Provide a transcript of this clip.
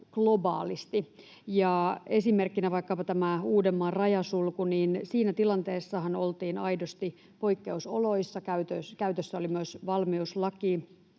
globaalisti, esimerkkinä vaikkapa tämä Uudenmaan rajan sulku. Siinä tilanteessahan oltiin aidosti poikkeusoloissa, käytössä oli myös valmiuslaki,